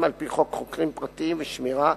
על-פי חוק חוקרים פרטיים ושירותי שמירה,